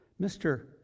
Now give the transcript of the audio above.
Mr